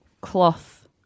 cloth